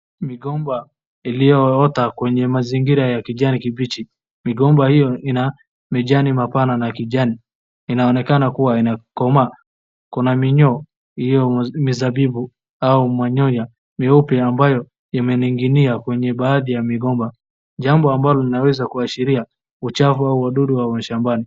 Migomba iliyoota kwenye mazingira ya kijani kibichi. Migomba hiyo ina majani mapana ya kijani. Inaoenekana kuwa imekomaa. Kuna minyoo hiyo mizabibu au manyoya meupe ambayo yamening'inia kwenye baadhi ya migomba jambo ambalo linaweza kuashiria uchafu wa wadudu wa shambani.